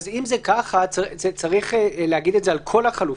אם זה כך, צריך להגיד את זה על כל החלופות.